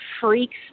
freaks